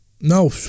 No